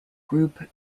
group